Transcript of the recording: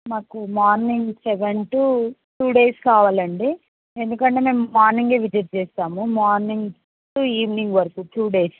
మాకు morning seven to two days కావాలండి ఎందుకంటే మేము మార్నింగ్ విజిట్ చేస్తాము మార్నింగ్ టు ఈవినింగ్ వరకు టూ డేస్